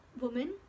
woman